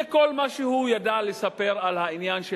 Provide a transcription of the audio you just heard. זה כל מה שהוא ידע לספר על העניין של